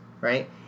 right